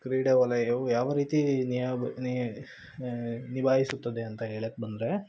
ಕ್ರೀಡಾ ವಲಯವು ಯಾವ ರೀತಿ ನಿಭಾಯಿಸುತ್ತದೆ ಅಂತ ಹೇಳಕ್ಕೆ ಬಂದರೆ